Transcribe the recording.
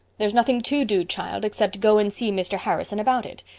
there's nothing to do, child, except go and see mr. harrison about it.